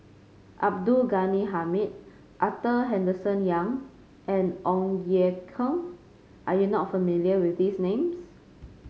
Abdul Ghani Hamid Arthur Henderson Young and Ong Ye Kung are you not familiar with these names